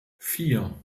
vier